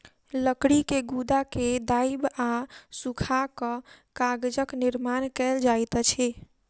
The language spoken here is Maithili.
लकड़ी के गुदा के दाइब आ सूखा कअ कागजक निर्माण कएल जाइत अछि